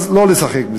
אז לא לשחק בזה.